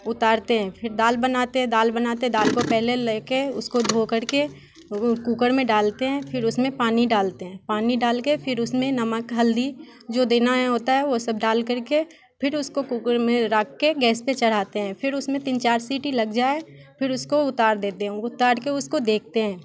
उतारते हैं फिर दाल बनाते हैं दाल बनाते हैं दाल को पहले ले के उसको धोकर के कूकर में डालते हैं फिर उसमें पानी डालते हैं पानी डाल के फिर उसमें नमक हल्दी जो देना है होता है वो सब डालकर के फिर उसको कूकर में रख के गैस पे चढ़ाते हैं फिर उसमें तीन चार सीटी लग जाए फिर उसको उतार देते हैं उतार के उसको देखते हैं